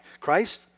Christ